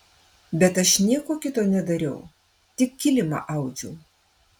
bet aš nieko kito nedariau tik kilimą audžiau